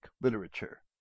literature